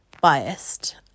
biased